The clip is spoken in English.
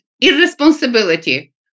irresponsibility